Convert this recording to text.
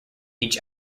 each